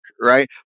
Right